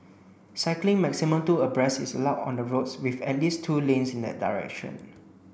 cycling maximum two abreast is allowed on the roads with at least two lanes in that direction